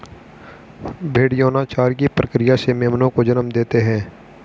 भ़ेड़ यौनाचार की प्रक्रिया से मेमनों को जन्म देते हैं